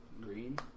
green